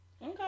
okay